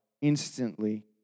instantly